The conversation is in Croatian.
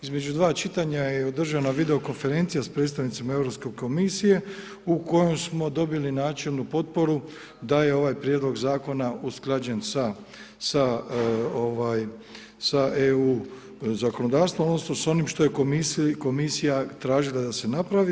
Između 2 čitanja je održana video konferencija s predstavnicima Europske komisije u kojom smo dobili načelnu potporu da je ovaj prijedlog zakona usklađen sa, sa ovaj, sa EU zakonodavstvom odnosno s onim što je komisija tražila da se napravi.